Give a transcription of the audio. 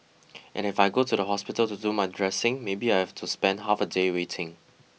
and if I go to the hospital to do my dressing maybe I have to spend half a day waiting